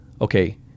Okay